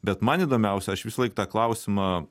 bet man įdomiausia aš visąlaik tą klausimą